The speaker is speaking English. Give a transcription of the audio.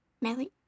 Melly